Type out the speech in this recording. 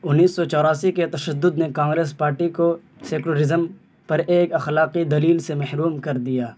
انیس سو چوراسی کے تشدد نے کانگریس پارٹی کو سیکولرزم پر ایک اخلاقی دلیل سے محروم کر دیا